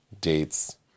dates